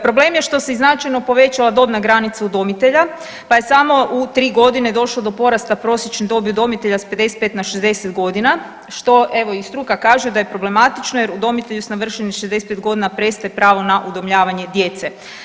Problem je i što se značajno povećala dobna granica udomitelja, pa je samo u tri godine došlo do porasta prosječne dobi udomitelja s 55 na 60 godina što evo i struka kaže da je problematično jer udomitelju s navršenih 65 godina prestaje pravo na udomljavanje djece.